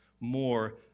more